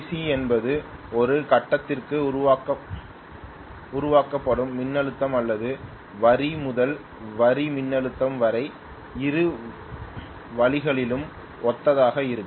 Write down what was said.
C என்பது ஒரு கட்டத்திற்கு உருவாக்கப்படும் மின்னழுத்தம் அல்லது வரி முதல் வரி மின்னழுத்தம் வரை இரு வழிகளும் ஒத்ததாக இருக்கும்